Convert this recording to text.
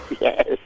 Yes